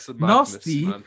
Nasty